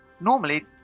Normally